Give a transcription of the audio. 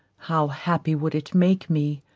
how happy would it make me.